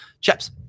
Chaps